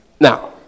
Now